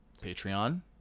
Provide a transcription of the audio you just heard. Patreon